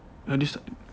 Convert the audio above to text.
like this